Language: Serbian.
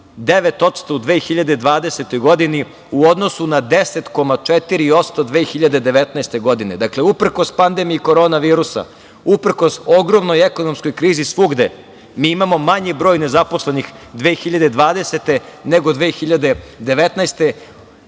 9% u 2020. godini, u odnosu na 10,4% 2019. godine. Dakle, uprkos pandemiji korona virusa, uprkos ogromnoj ekonomskoj krizi svugde, mi imamo manji broj nezaposlenih 2020. nego 2019. godine,